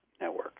network